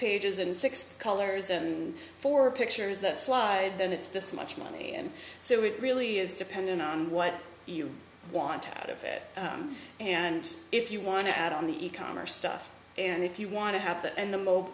pages and six colors and four pictures that slide then it's this much money and so it really is dependent on what you want out of it and if you want to add on the e commerce stuff and if you want to have that in the mo